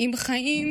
עם חיים